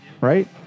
right